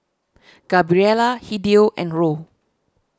Gabriela Hideo and Roe